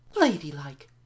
ladylike